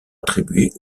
attribuées